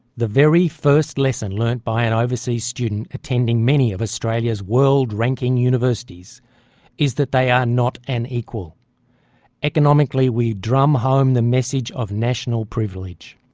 the very first lesson learnt by an overseas student attending many of australia's world ranking universities is that you are not an equal economically we drum home the message of national privilege.